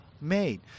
made